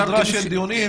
סדרה של דיונים,